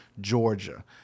Georgia